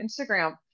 instagram